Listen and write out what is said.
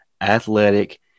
athletic